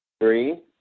three